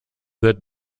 that